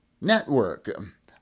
network